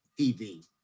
TV